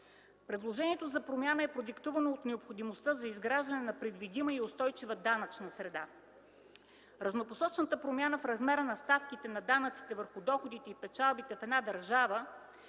Предложението за промяна е продиктувано от необходимостта за изграждане на предвидима и устойчива данъчна среда. Разнопосочната промяна в размера на ставките на данъците върху доходите и печалбите в една държава